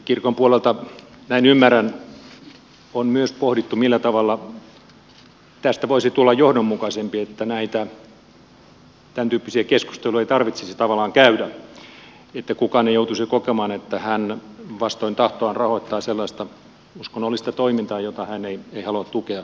kirkon puolelta näin ymmärrän on myös pohdittu millä tavalla tästä voisi tulla johdonmukaisempi että näitä tämäntyyppisiä keskusteluja ei tarvitsisi tavallaan käydä että kukaan ei joutuisi kokemaan että hän vastoin tahtoaan rahoittaa sellaista uskonnollista toimintaa jota hän ei halua tukea